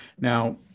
Now